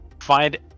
find